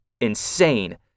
insane